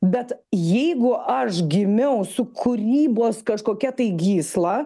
bet jeigu aš gimiau su kūrybos kažkokia tai gysla